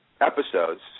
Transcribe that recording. Episodes